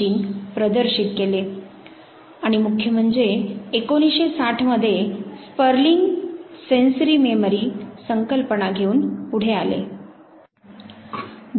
त्यात मुळ बांधणी आणि नवीन सिद्धांत मांडणे कमी होते तर त्याऐवजी नैतिकतेविषयी व्यावसायिक संस्थेचे नियमन कसे करावे तसेच विषयाचे विविध पैलू समजण्यासाठी त्यामध्ये स्वदेशी दृष्टी कोनाची आवश्यकता याकडे अधिक लक्ष दिले होते